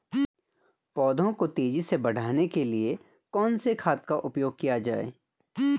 पौधों को तेजी से बढ़ाने के लिए कौन से खाद का उपयोग किया जाए?